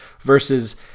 Versus